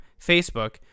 Facebook